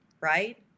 right